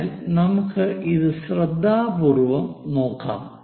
അതിനാൽ നമുക്ക് അത് ശ്രദ്ധാപൂർവ്വം നോക്കാം